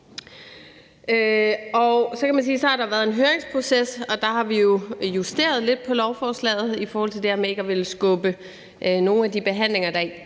at der har været en høringsproces, og der har vi jo justeret lidt på lovforslaget i forhold til det her med ikke at ville skubbe nogle af de behandlinger, der i